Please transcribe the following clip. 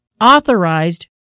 authorized